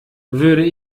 würde